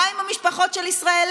מה עם המשפחות של הישראלים?